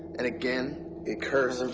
and again it curves. and